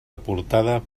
aportada